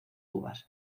uvas